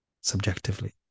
subjectively